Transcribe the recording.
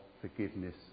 forgiveness